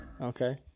Okay